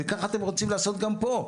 וכך אתם רוצים לעשות גם פה,